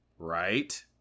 Right